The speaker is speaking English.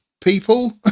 people